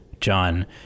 john